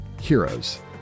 heroes